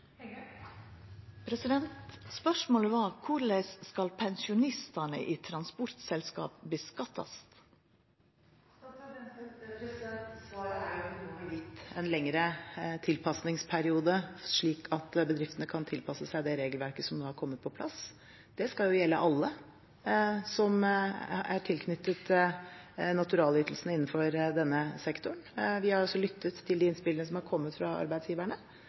Spørsmålet var: Korleis skal pensjonistane i transportselskap skattleggjast? Svaret er at det blir gitt en lengre tilpasningsperiode, slik at bedriftene kan tilpasse seg det regelverket som har kommet på plass. Det skal jo gjelde alle som er tilknyttet naturalytelsene innenfor denne sektoren. Vi har også lyttet til de innspillene som har kommet fra arbeidsgiverne,